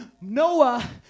Noah